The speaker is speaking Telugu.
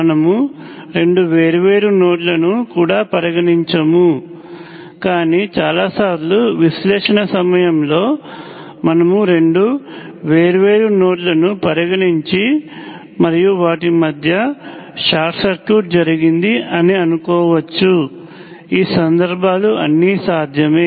మనము రెండు వేర్వేరు నోడ్లను కూడా పరిగణించము కానీ చాలా సార్లు విశ్లేషణ సమయంలో మనము రెండు వేర్వేరు నోడ్లను పరిగణించి మరియు వాటి మధ్య షార్ట్ సర్క్యూట్ జరిగింది అని అనుకోవచ్చు ఈ సందర్భాలు అన్నీ సాధ్యమే